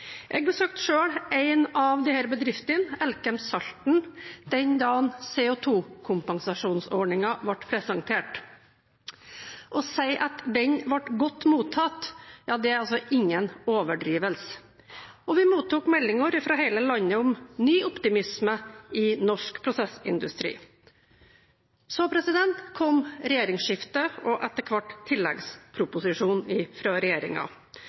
Jeg besøkte selv en av disse bedriftene, Elkem Salten, den dagen CO2-kompensasjonsordningen ble presentert. Å si at den ble godt mottatt, er ingen overdrivelse. Vi mottok meldinger fra hele landet om ny optimisme i norsk prosessindustri. Så kom regjeringsskiftet og etter hvert